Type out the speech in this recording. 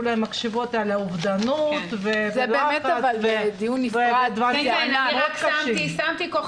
להם מחשבות על אובדנות ולחץ ודברים מאוד קשים.